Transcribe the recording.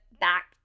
back